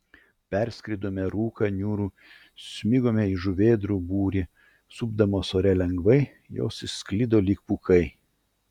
perskrodėme rūką niūrų smigome į žuvėdrų būrį supdamos ore lengvai jos išsklido lyg pūkai